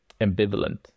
ambivalent